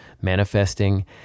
manifesting